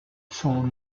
son